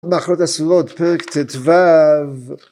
מאכלות אסורות פרק ט"ו